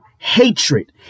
Hatred